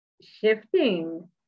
shifting